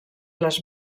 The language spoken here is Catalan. les